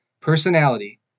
Personality